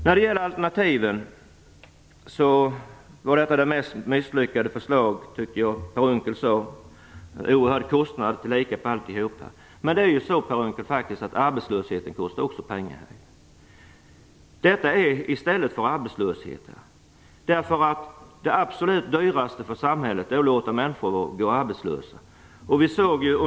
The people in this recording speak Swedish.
När det gäller alternativen var detta det mest misslyckade förslaget, tyckte jag Per Unckel sade. Det innebär till råga på allt en oerhörd kostnad. Men arbetslösheten kostar också pengar, Per Unckel. Detta är i stället för arbetslöshet. Det absolut dyraste för samhället är att låta människor gå arbetslösa.